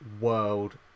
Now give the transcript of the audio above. World